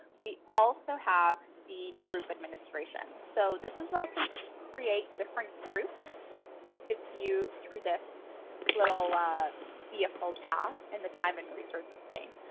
we also have the group administration. so this is where i can create different groups to give you through this little vehicle tab and the time and resources pane.